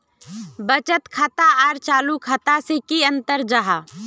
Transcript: बचत खाता आर चालू खाता से की अंतर जाहा?